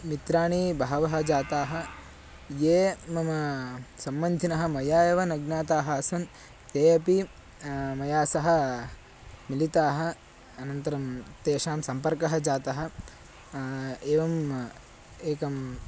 मित्राणि बहूनि जातानि ये मम सम्बन्धिनः मया एव न ज्ञाताः आसन् ते अपि मया सह मिलिताः अनन्तरं तेषां सम्पर्कः जातः एवम् एकः